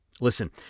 Listen